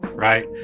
right